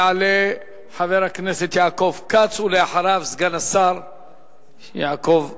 יעלה חבר הכנסת כץ, ואחריו, סגן השר יעקב ליצמן.